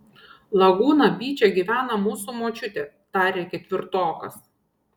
lagūna byče gyvena mūsų močiutė tarė ketvirtokas